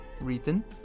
written